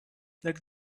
that